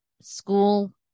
school